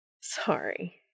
Sorry